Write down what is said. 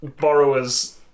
borrower's